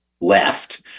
left